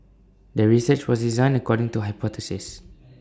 the research was designed according to hypothesis